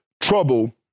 trouble